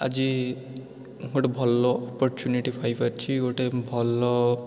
ଆଜି ଗୋଟେ ଭଲ ଅପରଚ୍ୟୁନିଟି ପାଇପାରିଛି ଗୋଟେ ଭଲ